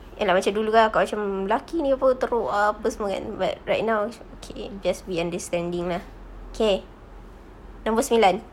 ya lah macam dulu kan akak ini macam lelaki ini apa teruk ah apa semua kan but right now okay just be understanding lah okay nombor sembilan